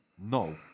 No